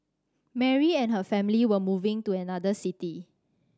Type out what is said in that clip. Mary and her family were moving to another city